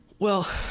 well,